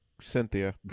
Cynthia